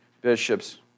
bishops